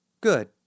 Good